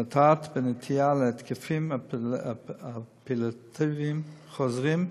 המתבטאת בנטייה להתקפים אפילפטיים חוזרים,